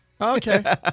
okay